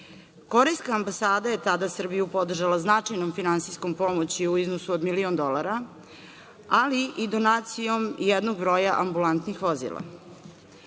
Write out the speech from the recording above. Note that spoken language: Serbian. Korejska ambasada je tada Srbiju podržala značajnom finansijskom pomoći u iznosu od milion dolara, ali i donacijom jednog broja ambulantnih